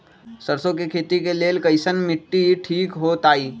सरसों के खेती के लेल कईसन मिट्टी ठीक हो ताई?